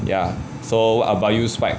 ya so I'll